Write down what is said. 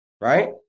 right